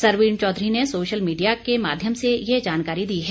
सरवीण चौधरी ने social media के माध्यम से ये जानकारी दी है